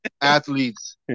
athletes